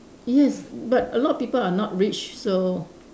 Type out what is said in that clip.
yes but a lot of people are not rich so